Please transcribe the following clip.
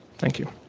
thank you.